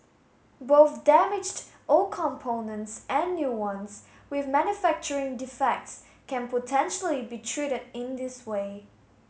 both damaged old components and new ones with manufacturing defects can potentially be treated in this way